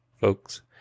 folks